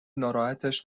ناراحتش